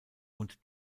und